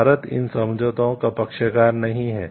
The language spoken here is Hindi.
भारत इन समझौतों का पक्षकार नहीं है